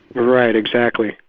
right, exactly.